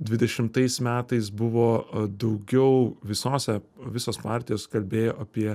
dvidešimtais metais buvo daugiau visose visos partijos kalbėjo apie